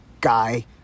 Guy